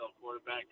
quarterback